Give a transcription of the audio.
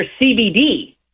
CBD